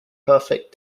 perfect